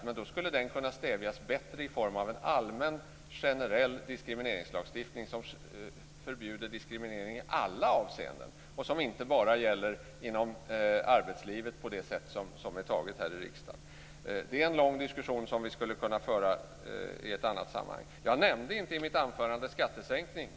Men den skulle kunna stävjas bättre i form av en allmän generell diskrimineringslagstiftning som förbjuder diskriminering i alla avseenden och som inte bara gäller inom arbetslivet på det sätt som är beslutat här i riksdagen. Det är en lång diskussion som vi skulle kunna föra i ett annat sammanhang. Jag nämnde inte i mitt anförande skattesänkning.